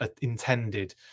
intended